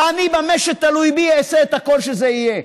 ואני, במה שתלוי בי, אעשה את הכול שזה יהיה.